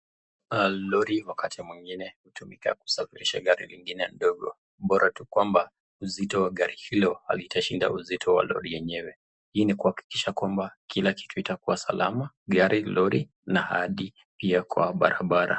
Lori wakati mwingine hutumika kusafirisha gari lingine ndogo. Bora tu kwamba, uzito wa gari hilo halitashinda uzito wa lori yenyewe. Hii ni kuakikisha kwamba kila kitu itakuwa salama, gari, lori na adi pia kwa barabara.